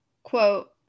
Quote